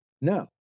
No